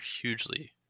hugely